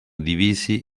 divisi